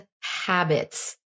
habits